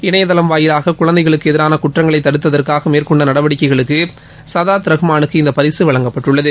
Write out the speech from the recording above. இணையதளம் வாயிவாக குழந்தைகளுக்கு எதிரான குற்றங்களை தடுத்ததற்காக மேற்கொண்ட நடவடிக்கைக்கு சதாத் ரஹ்மானுக்கு இந்த பரிசு வழங்கப்பட்டுள்ளது